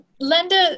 Linda